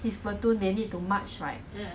的 boots [one] ya then